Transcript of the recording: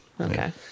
Okay